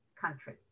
country